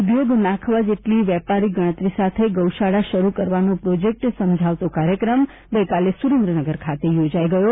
ઉદ્યોગ નાંખવા જેટલી વેપારી ગણતરી સાથે ગૌશાળા શરૂ કરવાનો પ્રોજેક્ટ સમજાવતો કાર્યક્રમ ગઇકાલે સુરેન્દ્રનગર ખાતે યોજાઇ ગયો